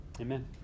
Amen